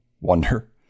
wonder